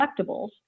collectibles